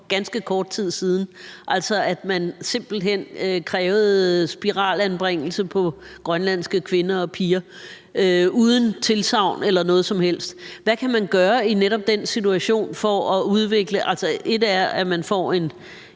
ganske kort tid siden, altså at man simpelt hen krævede spiralanbringelse på grønlandske kvinder og piger uden tilsagn eller noget som helst. Hvad kan man gøre i netop den situation for at udvikle det? Ét er, at man får en